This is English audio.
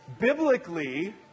biblically